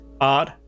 art